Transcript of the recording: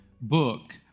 book